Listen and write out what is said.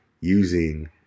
using